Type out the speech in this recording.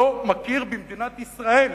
לא מכיר במדינת ישראל,